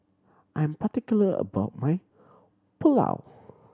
I'm particular about my Pulao